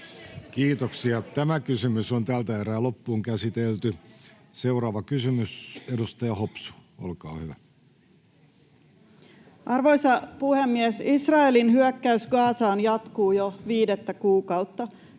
ei ole selitys sille, että alvia voisi nostaa!] Seuraava kysymys, edustaja Hopsu, olkaa hyvä. Arvoisa puhemies! Israelin hyökkäys Gazaan jatkuu jo viidettä kuukautta.